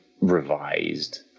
revised